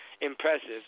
Impressive